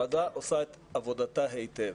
עושה את עבודתה היטב.